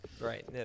Right